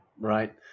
Right